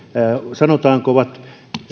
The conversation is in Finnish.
sanotaanko ovat